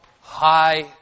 high